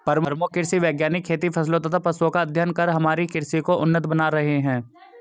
प्रमुख कृषि वैज्ञानिक खेती फसलों तथा पशुओं का अध्ययन कर हमारी कृषि को उन्नत बना रहे हैं